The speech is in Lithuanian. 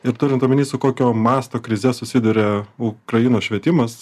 ir turint omeny su kokio masto krize susiduria ukrainos švietimas